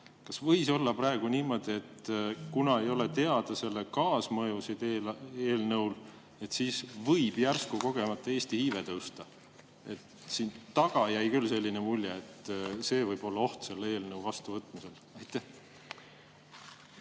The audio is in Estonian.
Kas võis olla praegu niimoodi, et kuna ei ole teada selle eelnõu kaasmõjusid, siis võib järsku kogemata Eesti iive tõusta? Siin taga jäi küll selline mulje, et see võib olla oht selle eelnõu vastuvõtmisel.